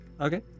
okay